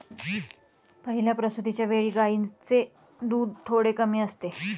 पहिल्या प्रसूतिच्या वेळी गायींचे दूध थोडे कमी असते